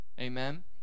Amen